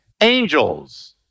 angels